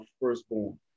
firstborn